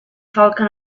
falcon